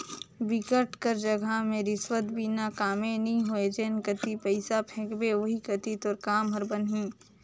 बिकट कर जघा में रिस्वत बिना कामे नी होय जेन कती पइसा फेंकबे ओही कती तोर काम हर बनही